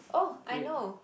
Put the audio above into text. great